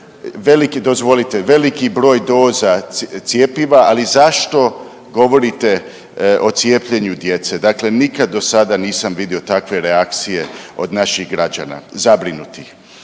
veliki broj doza cjepiva, ali zašto govorite o cijepljenju djece? Dakle, nikad do sada nisam vidio takve reakcije od naših građana zabrinutih.